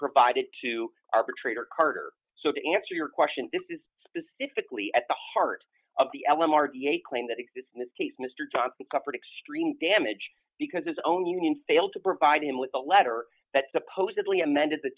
provided to arbitrator carter so to answer your question this is if the cli at the heart of the l m r t a claim that exists in this case mr johnson covered extreme damage because his own union failed to provide him with a letter that supposedly amended the